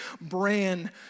brand